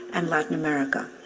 and latin america.